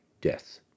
death